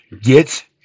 get